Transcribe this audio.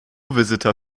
visitor